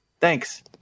Thanks